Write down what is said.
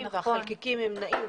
החלקיקים נעים.